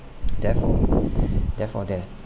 therefore therefore there